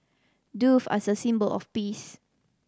doves are a symbol of peace